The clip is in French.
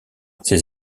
ces